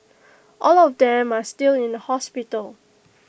all of them are still in A hospital